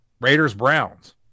Raiders-Browns